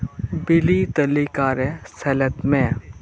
ᱵᱤᱞᱤ ᱛᱟᱹᱞᱤᱠᱟ ᱨᱮ ᱥᱮᱞᱮᱫ ᱢᱮ